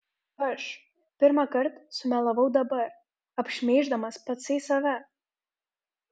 aš pirmąkart sumelavau dabar apšmeiždamas patsai save